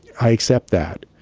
i accept that.